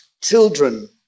children